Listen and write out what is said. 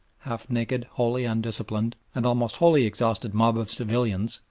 half-naked, wholly undisciplined, and almost wholly exhausted mob of civilians,